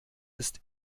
ist